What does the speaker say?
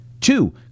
Two